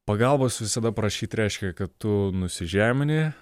pagalbos visada prašyt reiškia kad tu nusižemini